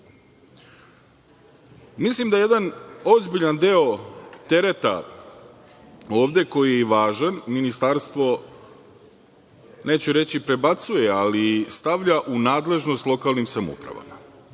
da jedan ozbiljan deo tereta ovde koji je važan, Ministarstvo, neću reći prebacuje, ali stavlja u nadležnost lokalnim samoupravama.